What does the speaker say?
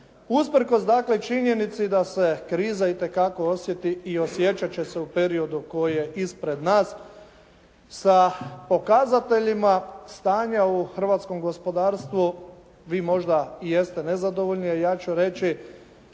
usprkos dakle činjenici da se kriza itekako osjeti i osjećat će se u periodu koji je ispred nas sa pokazateljima stanja u hrvatskom gospodarstvu vi možda i jeste nezadovoljni a ja ću reći